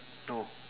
no